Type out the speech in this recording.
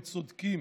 הם צודקים,